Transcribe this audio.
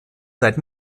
seit